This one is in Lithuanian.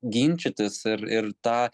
ginčytis ir ir tą